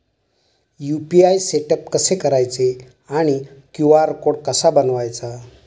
UPI setup कसे करायचे आणि क्यू.आर कोड कसा बनवायचा?